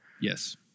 Yes